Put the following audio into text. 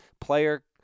player